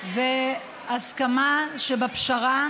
והסכמה שבפשרה,